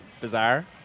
Bizarre